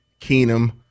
Keenum